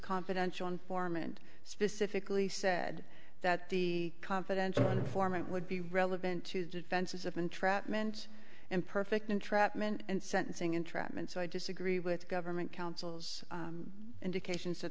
confidential informant specifically said that the confidential informant would be relevant to the defenses of entrapment and perfect entrapment and sentencing entrapment so i disagree with the government counsel's indications that